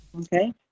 Okay